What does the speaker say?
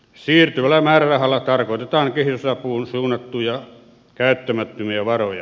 siirtyvällä määrärahalla tarkoitetaan kehitysapuun suunnattuja käyttämättömiä varoja